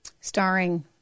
starring